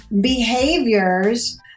behaviors